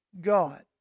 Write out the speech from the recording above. God